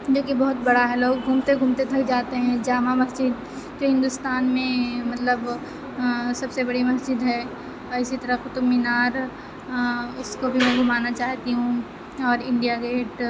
جو کہ بہت بڑا ہے لوگ گھومتے گھومتے تھک جاتے ہیں جامع مسجد جو ہندوستان میں مطلب سب سے بڑی مسجد ہے اور اِسی طرح قطب مینار اُس کو بھی میں گھمانا چاہتی ہوں اور انڈیا گیٹ